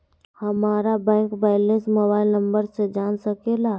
हमारा bank balance mobile number से जान सके ला?